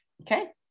Okay